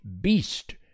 beast